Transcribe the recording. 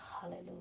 hallelujah